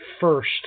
first